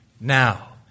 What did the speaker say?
Now